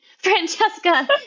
Francesca